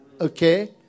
okay